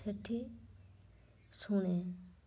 ସେଠି ଶୁଣେ